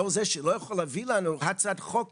לאור זה שהוא לא יכול להביא לנו הצעת חוק